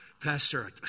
Pastor